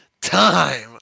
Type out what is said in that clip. time